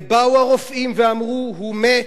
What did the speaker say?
באו הרופאים ואמרו: הוא מת,